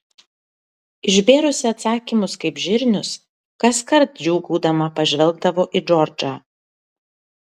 išbėrusi atsakymus kaip žirnius kaskart džiūgaudama pažvelgdavo į džordžą